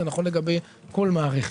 זה נכון לגבי כל מערכת.